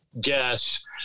guess